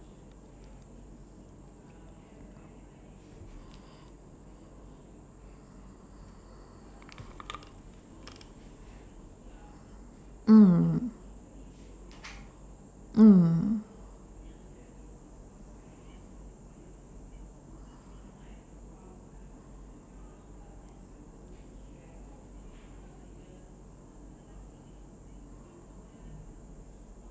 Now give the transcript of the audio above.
mm mm